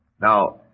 Now